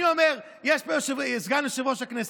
יושב פה סגן יושב-ראש הכנסת,